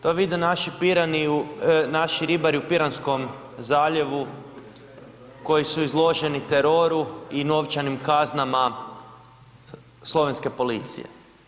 To vide naši pirani, naši ribari u Piranskom zaljevu koji su izloženi teroru i novčanim kaznama slovenske policije.